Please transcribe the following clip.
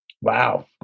wow